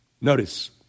Notice